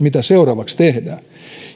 mitä seuraavaksi tehdään